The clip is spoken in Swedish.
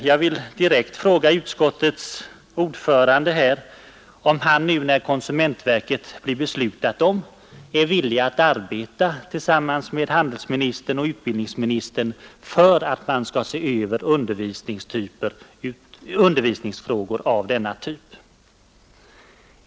Jag vill direkt fråga utskottets ordförande om han nu när konsumentverket blir beslutat är villig att arbeta tillsammans med handelsministern och utbildningsmi nistern för att man skall se över undervisningsfrågor av denna typ.